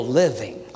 living